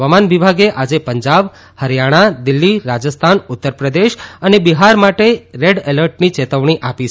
હવામાન વિભાગે આજે પંજાબ હરિયાણા દિલ્ફી રાજસ્થાન ઉત્તરપ્રદેશ અને બિહાર માટે રેડ એલર્ટની ચેતવણી આપી છે